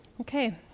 Okay